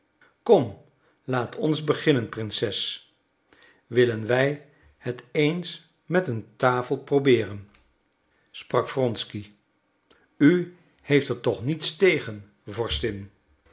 kom laat ons beginnen prinses willen wij het eens met een tafel probeeren sprak wronsky u heeft er toch niets tegen